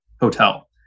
hotel